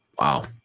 Wow